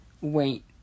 wait